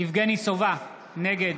יבגני סובה, נגד